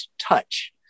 touch